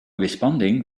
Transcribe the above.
responding